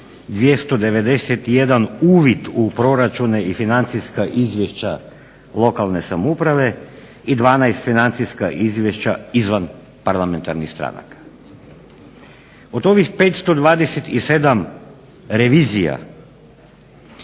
291 uvid u proračune i financijska izvješća lokalne samouprave i 12 financijska izvješća izvanparlamentarnih stranaka. O ovih 527 revizija